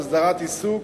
הסדרת עיסוק,